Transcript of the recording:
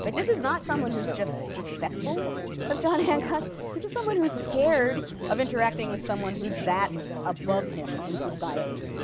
but this is not someone who's just respectful of john hancock. this is someone who's scared of interacting with someone who's that above him in society.